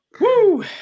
Woo